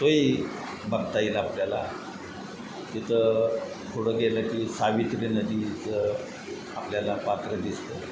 तोही बघता येईल आपल्याला तिथं थोडं गेलं की सावित्री नदीचं आपल्याला पात्र दिसतं